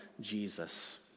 Jesus